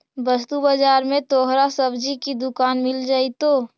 वस्तु बाजार में तोहरा सब्जी की दुकान मिल जाएतो